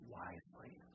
wisely